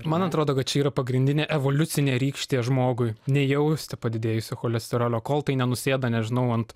man atrodo kad čia yra pagrindinė evoliucinė rykštė žmogui nejausti padidėjusio cholesterolio kol tai nenusėda nežinau ant